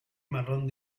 marrón